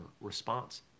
response